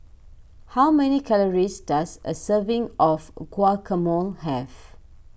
how many calories does a serving of Guacamole have